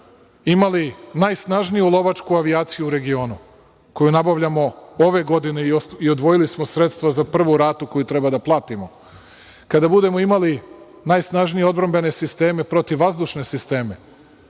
imali najsnažniju lovačku avijaciju u regionu, koju nabavljamo ove godine i odvojili smo sredstva za prvu ratu koju treba da platimo, kada budemo imali najsnažnije odbrambene sisteme protivvazdušne sisteme,